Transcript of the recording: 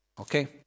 Okay